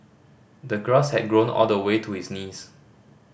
the grass had grown all the way to his knees